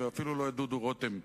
ואפילו לא את דודו רותם,